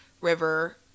River